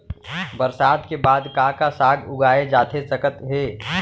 बरसात के बाद का का साग उगाए जाथे सकत हे?